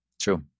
True